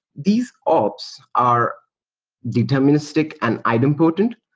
these ops are deterministic and item-potent.